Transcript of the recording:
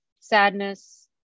sadness